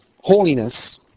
holiness